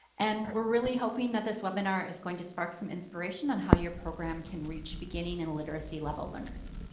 and we're really hoping that this webinar is going to spark some inspiration on how your program can reach beginning and literacy level learners.